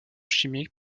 chimique